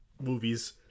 movies